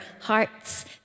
hearts